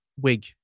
wig